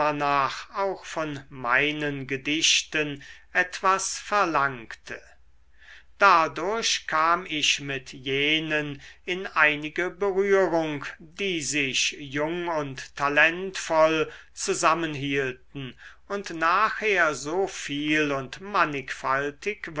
auch von meinen gedichten etwas verlangte dadurch kam ich mit jenen in einige berührung die sich jung und talentvoll zusammenhielten und nachher so viel und mannigfaltig